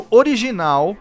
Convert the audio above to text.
original